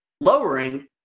lowering